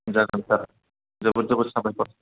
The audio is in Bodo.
जागोन सार जोबोद जोबोद साबायखर